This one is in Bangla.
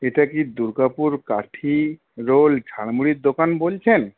এটা কি দুর্গাপুর কাঠি রোল ঝালমুড়ির দোকান বলছেন